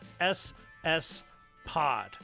SSPod